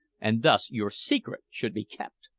and thus your secret should be kept!